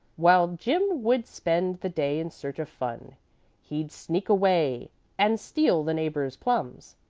while jim would spend the day in search of fun he'd sneak away and steal the neighbors' plums,